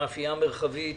המאפייה המרחבית.